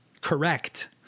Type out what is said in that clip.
correct